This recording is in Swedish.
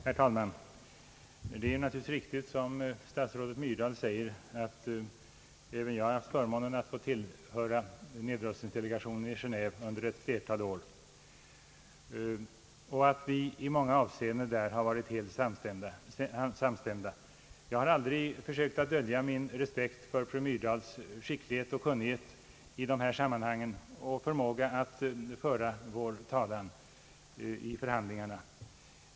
Herr talman! Det är naturligtvis riktigt som statsrådet Myrdal säger att även jag haft förmånen att tillhöra nedrustningsdelegationen i Genéve under ett flertal år och att vi i många avseenden där har varit helt samstämda. Jag har aldrig sökt dölja min respekt för fru Myrdals skicklighet och kunnighet i dessa sammanhang och hennes förmåga att föra vår talan i förhandlingarna.